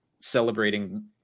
celebrating